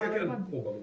כן, ברור.